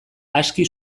aski